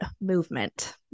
movement